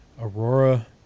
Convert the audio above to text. Aurora